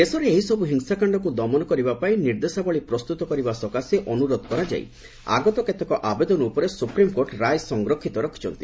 ଦେଶରେ ଏହିସବୁ ହିଂସାକାଣ୍ଡକୁ ଦମନ କରିବା ପାଇଁ ନିର୍ଦ୍ଦେଶାବଳୀ ପ୍ରସ୍ତୁତ କରିବା ସକାଶେ ଅନୁରୋଧ କରାଯାଇ ଆଗତ କେତେକ ଆବେଦନ ଉପରେ ସୁପ୍ରିମକୋର୍ଟ ରାୟ ସଂରକ୍ଷିତ ରଖିଛନ୍ତି